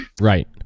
right